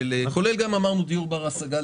כולל גם דיור בר השגה,